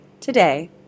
Today